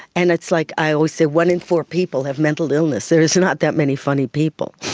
and it's like i always say, one in four people have mental illness. there is not that many funny people.